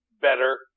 better